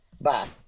Bye